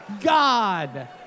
God